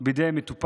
יותקפו בידי מטופל.